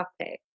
topic